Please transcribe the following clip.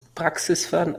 praxisfern